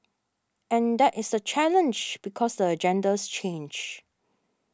and that is the challenge because the agendas change